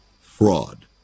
fraud